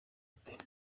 ati